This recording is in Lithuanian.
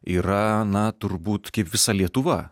yra na turbūt kaip visa lietuva